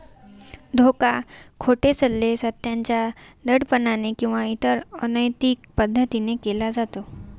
धोका, खोटे सल्ले, सत्याच्या दडपणाने किंवा इतर अनैतिक पद्धतीने केले जाते